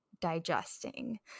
digesting